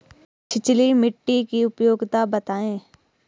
छिछली मिट्टी की उपयोगिता बतायें?